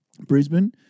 Brisbane